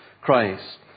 Christ